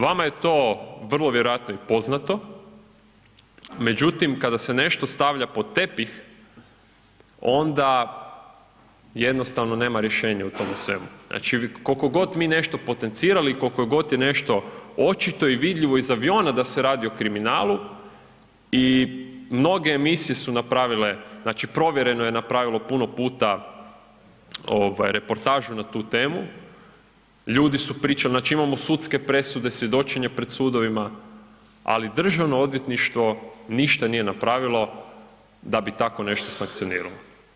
Vama je to vrlo vjerojatno i poznato, međutim kada se nešto stavlja pod tepih, onda jednostavno nema rješenja u tome svemu, znači koliko god mi nešto potencirali i koliko je god nešto očito i vidljivo iz aviona da se radi o kriminalu, i mnoge emisije su napravile, znači Provjereno je napravilo puno puta, ovaj, reportažu na tu temu, ljudi su pričali, znači imamo sudske presude, svjedočenje pred sudovima, ali državno odvjetništvo ništa nije napravilo da bi tako nešto sankcioniralo.